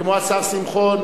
כמו השר שמחון,